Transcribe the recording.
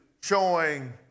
showing